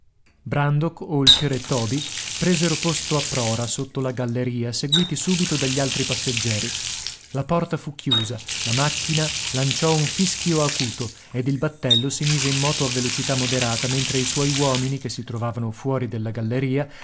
brandok holker e toby presero posto a prora sotto la galleria seguiti subito dagli altri passeggeri la porta fu chiusa la macchina lanciò un fischio acuto ed il battello si mise in moto a velocità moderata mentre i suoi uomini che si trovavano fuori della galleria